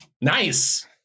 Nice